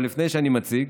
אבל לפני שאני מציג,